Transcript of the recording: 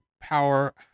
power